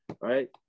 right